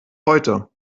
heute